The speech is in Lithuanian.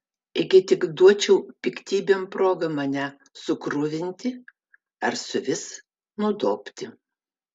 ėgi tik duočiau piktybėm progą mane sukruvinti ar suvis nudobti